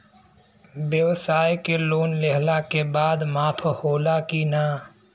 ब्यवसाय के लोन लेहला के बाद माफ़ होला की ना?